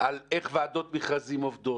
על איך ועדות מכרזים עובדות,